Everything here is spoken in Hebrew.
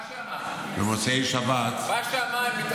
במוצאי שבת -- רק שמיים, רק שמיים.